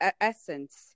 essence